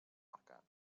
mercat